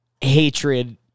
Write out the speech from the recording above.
hatred